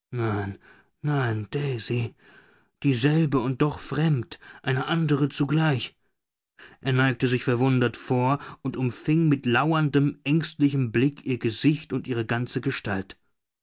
nein daisy dieselbe und doch fremd eine andere zugleich er neigte sich verwundert vor und umfing mit lauerndem ängstlichem blick ihr gesicht und ihre ganze gestalt